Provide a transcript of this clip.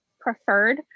preferred